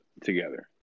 together